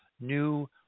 new